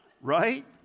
Right